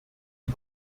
die